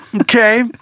okay